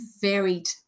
varied